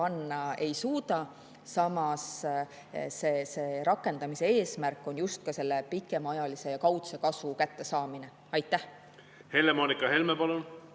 ei suuda. Samas, seaduse rakendamise eesmärk on just pikemaajalise ja kaudse kasvu kättesaamine. Aitäh!